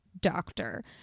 doctor